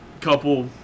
couple